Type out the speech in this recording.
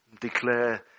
declare